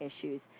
issues